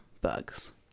bugs